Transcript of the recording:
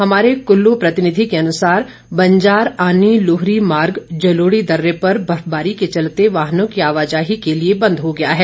हमारे कुल्लू प्रतिनिधि के अनुसार बंजार आनी लुहरी मार्ग जलोड़ी दर्रे पर बर्फबारी के चलते वाहनों की आवाजाही के लिए बंद हो गया है